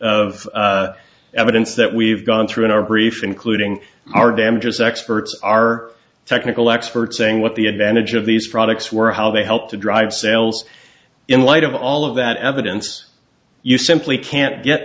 of evidence that we've gone through in our brief including our damages experts are technical experts saying what the advantage of these products were how they helped to drive sales in light of all of that evidence you simply can't get